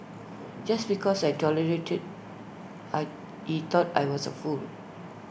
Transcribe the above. just because I tolerated I he thought I was A fool